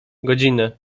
godzinę